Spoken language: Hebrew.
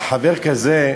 חבר כזה,